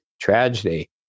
tragedy